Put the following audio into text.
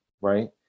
Right